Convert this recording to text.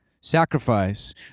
sacrifice